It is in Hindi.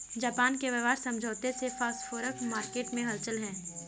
जापान के व्यापार समझौते से फॉरेक्स मार्केट में हलचल है